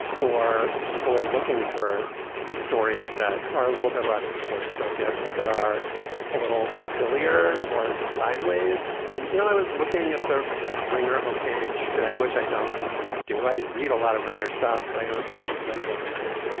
or people are looking for stories that are a little bit less sports focused that are a little sillier, more sideways. and you know, i was looking at the ringer home page today, which i don't do. i read a lot of ringer stuff, but i don't typically go to the homepage.